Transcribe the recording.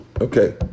Okay